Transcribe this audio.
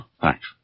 Thanks